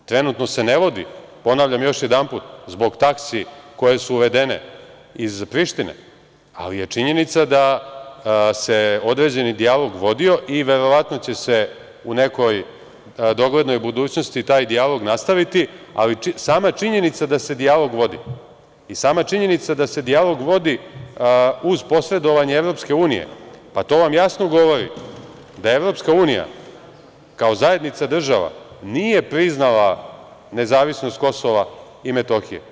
Trenutno se ne vodi, ponavljam još jedanput, zbog taksi koje su uvedene iz Prištine, ali je činjenica da se određeni dijalog vodio i verovatno će se u nekoj doglednoj budućnosti taj dijalog nastaviti, ali sama činjenica da se dijalog vodi i sama činjenica da se dijalog vodi uz posredovanje EU, pa to vam jasno govori da EU, kao zajednica država, nije priznala nezavisnost Kosova i Metohije.